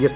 S